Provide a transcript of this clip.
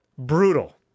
Brutal